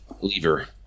lever